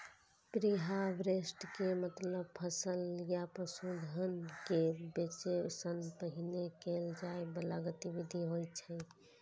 preharvest के मतलब फसल या पशुधन कें बेचै सं पहिने कैल जाइ बला गतिविधि होइ छै